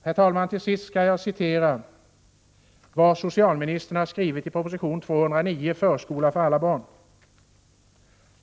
Herr talman! Till sist skall jag citera vad socialministern skrivit i proposition 209, Förskola för alla barn.